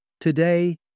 Today